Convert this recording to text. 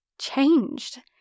changed